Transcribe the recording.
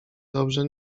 dobrze